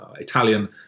Italian